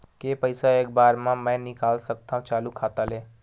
के पईसा एक बार मा मैं निकाल सकथव चालू खाता ले?